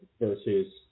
versus